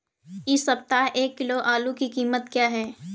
इस सप्ताह एक किलो आलू की कीमत क्या है?